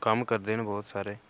कम्म करदे न बोह्त सारे